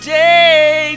day